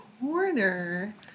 Corner